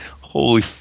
holy